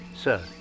sir